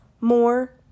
more